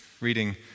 reading